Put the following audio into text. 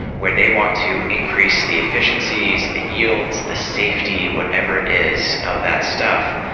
where they want to increase the efficiencies, the yields, the safety, whatever it is of that stuff.